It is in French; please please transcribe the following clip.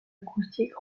acoustique